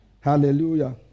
Hallelujah